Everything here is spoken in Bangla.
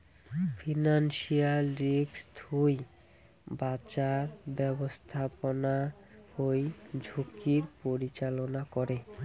ফিনান্সিয়াল রিস্ক থুই বাঁচার ব্যাপস্থাপনা হই ঝুঁকির পরিচালনা করে